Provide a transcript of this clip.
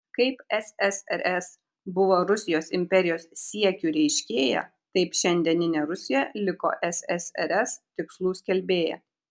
kaip ssrs buvo rusijos imperijos siekių reiškėja taip šiandieninė rusija liko ssrs tikslų skelbėja